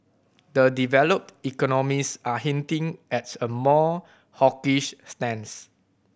the developed economies are hinting as a more hawkish stance